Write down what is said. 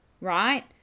right